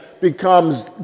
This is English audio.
becomes